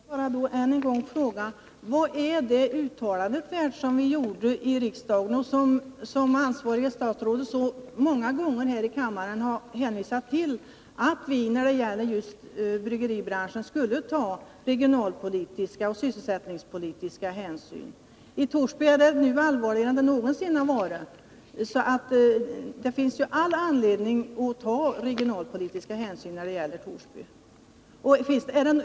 Herr talman! Jag vill bara än en gång fråga: Vad är det uttalande värt som vi gjorde i riksdagen och som det anvariga statsrådet så många gånger här i kammaren har hänvisat till, att vi just när det gäller bryggeribranschen skulle ta regionalpolitiska och sysselsättningspolitiska hänsyn? I Torsby är det nu allvarligare än det någonsin varit, så det finns all anledning att ta regionalpolitiska hänsyn i fråga om Torsby. Ärdetf.